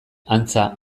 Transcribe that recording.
antza